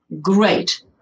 great